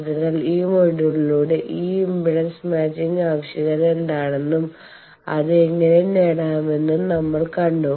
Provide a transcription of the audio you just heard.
അതിനാൽ ഈ മൊഡ്യൂളിലൂടെ ഈ ഇംപെഡൻസ് മാച്ചിങ് ആവശ്യകത എന്താണെന്നും അത് എങ്ങനെ നേടാമെന്നും നമ്മൾ കണ്ടു